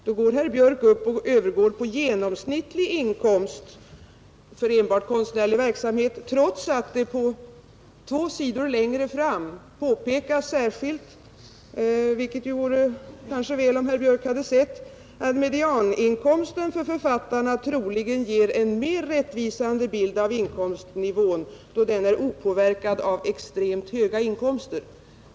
Men då övergick herr Björk till att tala om genomsnittlig inkomst av enbart konstnärlig verksamhet, trots att det två sidor längre fram särskilt påpekas — det hade varit bra om herr Björk hade sett det — att ”medianinkomsten för författarna troligen ger en mer rättvisande bild av inkomstnivån, då den är opåverkad av extremt höga inkomster”.